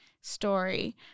story